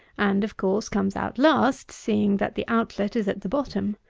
and, of course, comes out last, seeing that the outlet is at the bottom.